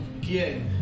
¿quién